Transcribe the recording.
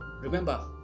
Remember